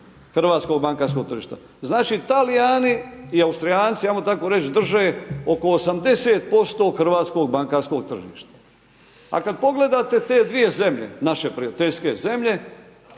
hrvatskog bankarskog tržišta. Znači Talijani i Austrijanci, ajmo tako reći drže oko 80% hrvatskog bankarskog tržišta. A kada pogledate te dvije zemlje naše prijateljske zemlje,